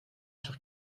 sur